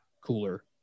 cooler